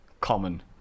common